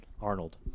Arnold